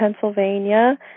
Pennsylvania